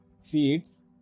feeds